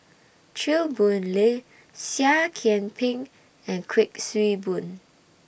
Chew Boon Lay Seah Kian Peng and Kuik Swee Boon